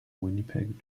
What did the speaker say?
winnipeg